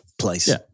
place